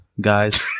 guys